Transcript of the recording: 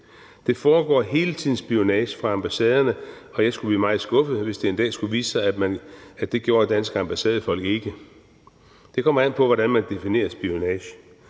Der foregår hele tiden spionage fra ambassaderne af, og jeg skulle blive meget skuffet, hvis det en dag skulle vise sig, at det gjorde danske ambassadefolk ikke. Det kommer an på, hvordan man definerer spionage,